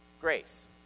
grace